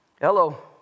Hello